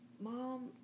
Mom